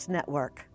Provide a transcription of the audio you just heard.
Network